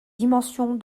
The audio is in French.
dimensions